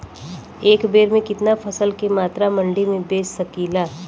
एक बेर में कितना फसल के मात्रा मंडी में बेच सकीला?